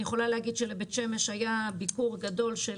אני יכולה להגיד שלבית שמש היה ביקור גדול של